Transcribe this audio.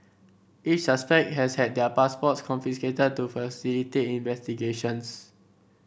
each suspect has had their passports confiscated to facilitate investigations